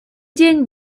день